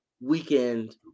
weekend